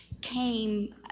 came